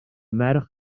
merch